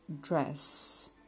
dress